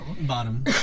Bottom